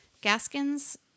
Gaskins